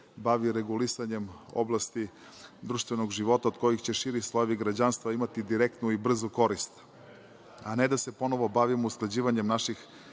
bavi regulisanjem oblasti društvenog života, od kojeg će širi slojevi građanstva imati direktnu i brzu korist, a ne da se ponovo bavimo usklađivanje naših